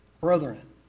Brethren